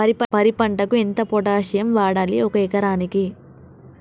వరి పంటకు ఎంత పొటాషియం వాడాలి ఒక ఎకరానికి?